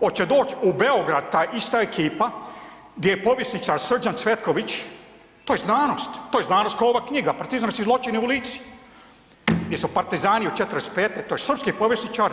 Hoće doći u Beograd ta ista ekipa gdje je povjesničar Srđan Cvetković, to je znanost, to je znanost ko ova knjiga „Partizanski zločini u Lici“ gdje su partizani od '45.to je srpski povjesničar,